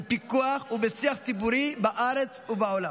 בפיקוח ובשיח ציבורי בארץ ובעולם.